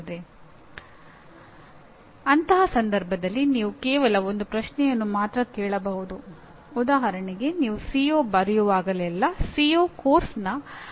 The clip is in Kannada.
ಬೋಧನೆಯು ಗುರುತಿಸಲ್ಪಟ್ಟ ಯಾವುದೇ ಜ್ಞಾನ ಕೌಶಲ್ಯ ಮತ್ತು ಮೌಲ್ಯಗಳನ್ನು ಪಡೆಯಲು ಇತರರಿಗೆ ಸಹಾಯ ಮಾಡುವ ಪ್ರಕ್ರಿಯೆಯಾಗಿದೆ